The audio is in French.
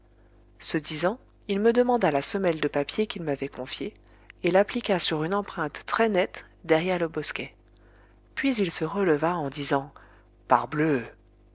ce disant il me demanda la semelle de papier qu'il m'avait confiée et l'appliqua sur une empreinte très nette derrière le bosquet puis il se releva en disant parbleu